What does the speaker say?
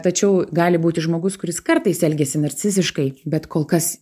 tačiau gali būti žmogus kuris kartais elgiasi narciziškai bet kol kas